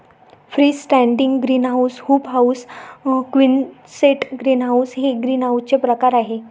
free standing greenhouse, hoop house, quonset greenhouse हे ग्रीनहाऊसचे प्रकार आहे